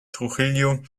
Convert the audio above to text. trujillo